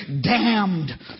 damned